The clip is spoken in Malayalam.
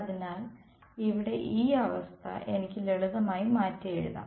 അതിനാൽ ഇവിടെ ഈ അവസ്ഥ എനിക്ക് ലളിതമായി മാറ്റിയെഴുതാം